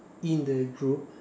in the group